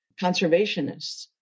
conservationists